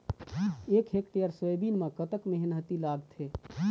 एक hectare soybean म कतक मेहनती लागथे?